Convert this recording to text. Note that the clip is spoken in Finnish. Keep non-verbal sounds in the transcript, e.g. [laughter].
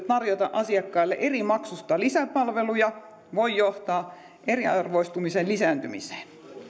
[unintelligible] tarjota asiakkaalle eri maksusta lisäpalveluja voi johtaa eriarvoistumisen lisääntymiseen